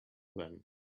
them